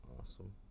awesome